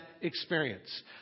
experience